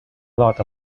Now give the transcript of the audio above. lot